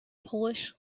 polish